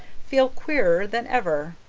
feel queerer than ever.